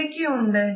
എന്തൊക്കെയുണ്ട്